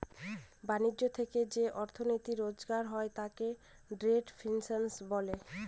ব্যাণিজ্য থেকে যে অর্থনীতি রোজগার হয় তাকে ট্রেড ফিন্যান্স বলে